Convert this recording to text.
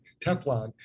Teflon